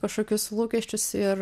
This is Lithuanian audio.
kažkokius lūkesčius ir